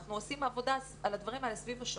אנחנו עושים עבודה על הדברים האלה סביב השעון.